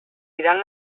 diran